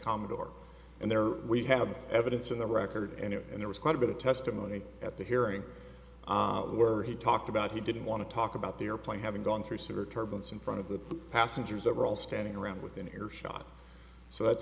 commodore and there we have evidence in the record and it and there was quite a bit of testimony at the hearing were he talked about he didn't want to talk about the airplane having gone through severe turbulence in front of the passengers that were all standing around within earshot so that's